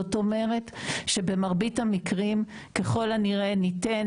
זאת אומרת שבמרבית המקרים ככך הנראה ניתן